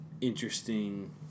interesting